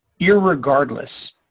irregardless